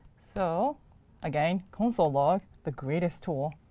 so again, console log, the greatest tool.